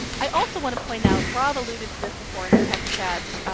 i also want to point out, rob alluded to this before in the text chats, ah,